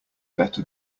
better